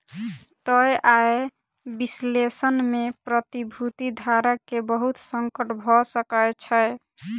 तय आय विश्लेषण में प्रतिभूति धारक के बहुत संकट भ सकै छै